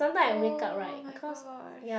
oh-my-god